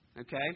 okay